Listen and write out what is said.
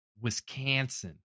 Wisconsin